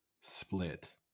split